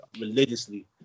religiously